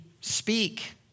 speak